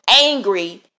angry